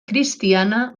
cristiana